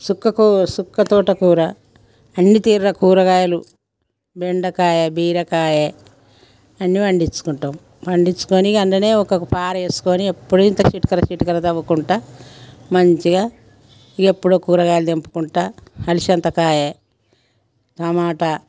చుక్క కూ చుక్క తోటకూర అన్నీ తేరా కూరగాయలు బెండకాయ బీరకాయ అన్ని పండించుకుంటాం పండించుకోని ఇక అందులో ఒకొక్క పారేసుకొని ఎప్పుడూ ఇంత చిటికెడు చిటికెడు తవ్వుకుంటా మంచిగా ఎప్పుడు కూరగాయలు తెంపుకుంటా అలసంద కాయ టమోటా